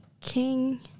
King